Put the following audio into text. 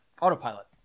Autopilot